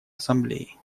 ассамблеи